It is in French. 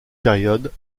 période